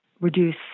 reduce